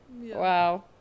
Wow